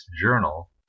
Journal